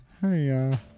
Hey